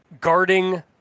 guarding